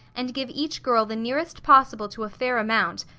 and give each girl the nearest possible to a fair amount,